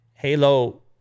halo